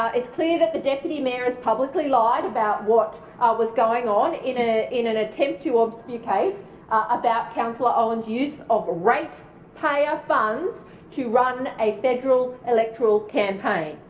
it's clear that the deputy mayor has publicly lied about what was going on in ah in an attempt to obscure case about councillor owen's use of rate payer funds to run a federal electoral campaign.